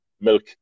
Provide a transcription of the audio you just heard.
milk